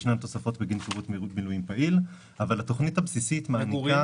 ישנן תוספות בגין שירות מילואים פעיל אבל התוכנית הבסיסית מעניקה